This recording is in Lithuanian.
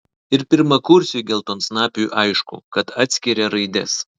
ir pirmakursiui geltonsnapiui aišku kad atskiria raides